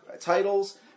titles